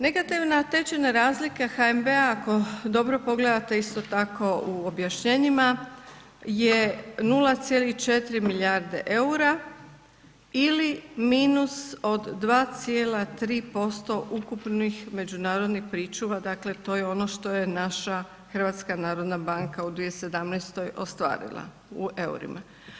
Negativna tečajna razlika HNB-a ako dobro pogledate isto tako u objašnjenjima je 0,4 milijarde eura ili minus od 2,3% ukupnih međunarodnih pričuva, dakle to je ono što je naša HNB u 2017. ostvarila u eurima.